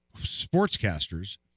sportscasters